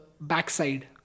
backside